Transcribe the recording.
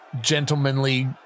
gentlemanly